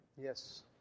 Yes